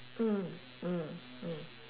mm mm mm